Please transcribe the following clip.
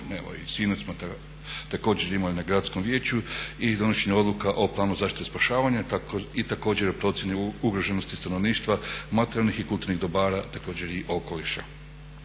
i sinoć smo također imali na Gradskom vijeću i donošenje odluka o planu zaštite i spašavanja i također o procjeni ugroženosti stanovništva, materijalnih i kulturnih dobara, također i okoliša.